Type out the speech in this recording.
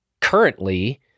currently